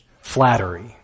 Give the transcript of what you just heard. flattery